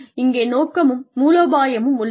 இங்கே நோக்கமும் மூலோபாயமும் உள்ளது